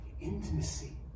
Intimacy